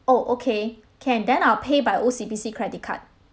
oh okay can then I'll pay by O_C_B_C credit card